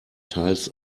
teils